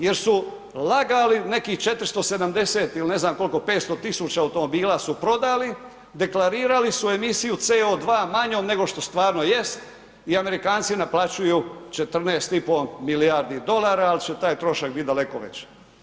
Jer su lagali nekih 470 ili ne znam koliko, 500 000 automobila su prodali, deklarirali su emisiju CO2 manjom nego što stvarno jest i Amerikanci naplaćuju 14,5 milijardi dolara ali će taj trošak bit daleko veći.